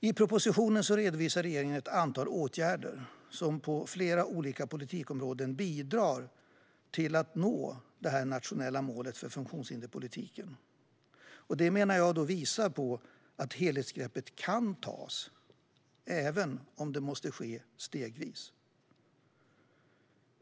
I propositionen redovisar regeringen ett antal åtgärder som på flera olika politikområden bidrar till arbetet för att nå det nationella målet för funktionshinderspolitiken. Det menar jag visar att helhetsgreppet kan tas, även om det måste ske stegvis.